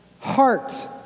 Heart